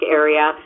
area